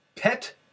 Pet